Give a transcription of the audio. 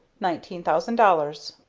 nineteen thousand dollars